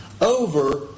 over